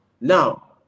Now